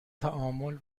تعامل